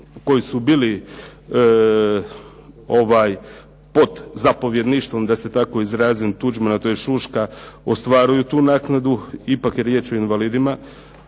koji su bili pod zapovjedništvom da se tako izrazim Tuđmana, tj. Šuška ostvaruju tu naknadu. Ipak je riječ o invalidima.